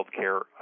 healthcare